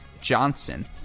Johnson